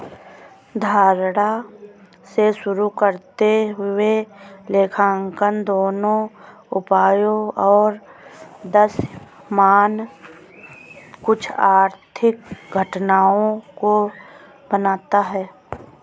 धारणा से शुरू करते हुए लेखांकन दोनों उपायों और दृश्यमान कुछ आर्थिक घटनाओं को बनाता है